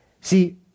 See